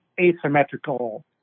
asymmetrical